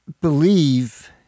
believe